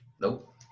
Nope